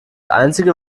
einzige